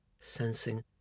Sensing